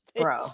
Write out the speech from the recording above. bro